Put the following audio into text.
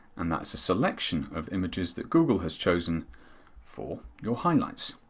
and that's a selection of images that google has chosen for your highlights.